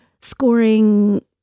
scoring